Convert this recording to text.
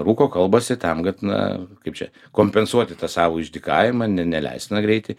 rūko kalbasi tam kad na kaip čia kompensuoti tą savo išdykavimą ne neleistiną greitį